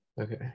Okay